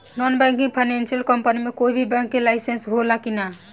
Non banking financial company मे कोई भी बैंक के लाइसेन्स हो ला कि ना?